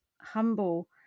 humble